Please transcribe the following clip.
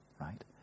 right